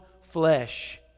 flesh